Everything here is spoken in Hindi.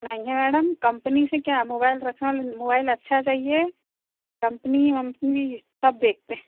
नहीं है मैडम कंपनी से क्या मोबाइल रखने वाला मोबाइल अच्छा चाहिए कंपनी वंपनी सब देखते हैं